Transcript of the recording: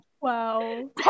Wow